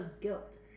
guilt